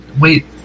wait